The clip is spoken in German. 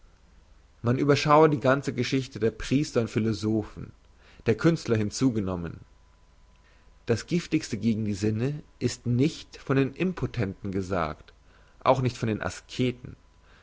man überschaue die ganze geschichte der priester und philosophen der künstler hinzugenommen das giftigste gegen die sinne ist nicht von den impotenten gesagt auch nicht von den asketen